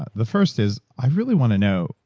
the first is, i really want to know,